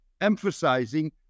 emphasizing